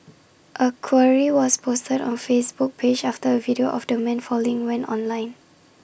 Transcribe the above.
A query was posted on Facebook page after A video of the man falling went online